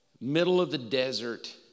middle-of-the-desert